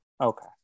Okay